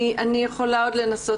אני יכולה עוד לנסות תוך כדי דיון